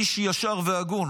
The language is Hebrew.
איש ישר והגון.